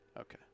Okay